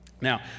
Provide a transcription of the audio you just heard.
Now